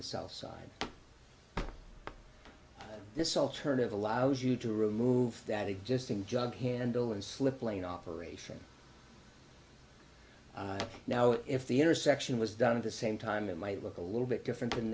the south side of this alternative allows you to remove that existing jughandle and slip lane operation now if the intersection was done at the same time it might look a little bit different than